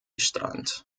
strand